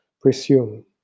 presume